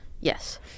Yes